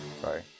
Sorry